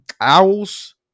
owls